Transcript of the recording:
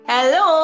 Hello